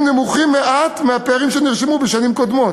נמוכים מעט מהפערים שנרשמו בשנים קודמות.